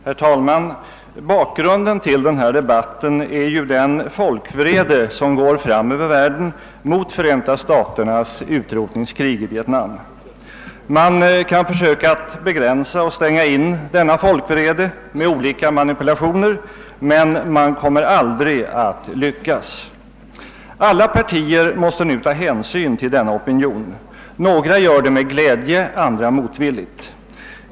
Herr talman! Bakgrunden till denna debatt är ju den folkvrede som går över världen mot Förenta staternas utrotningskrig i Vietnam. Man kan försöka att begränsa och stänga in denna folkvrede med olika manipulationer, men man kommer aldrig att lyckas. Alla partier måste nu ta hänsyn till denna opinion. Några gör det med glädje, andra motvilligt.